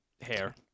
Hair